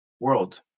world